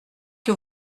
que